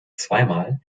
zweimal